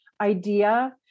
idea